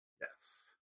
Yes